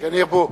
כן ירבו.